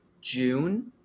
June